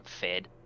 fed